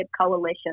Coalition